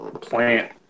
plant